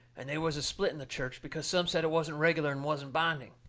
and they was a split in the church, because some said it wasn't reg'lar and wasn't binding.